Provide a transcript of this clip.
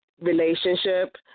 relationship